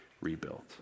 rebuilt